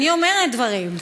אני אומרת דברים.